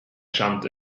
jumped